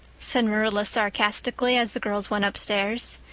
said marilla sarcastically, as the girls went upstairs.